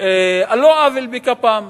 על לא עוול בכפם,